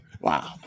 Wow